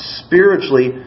spiritually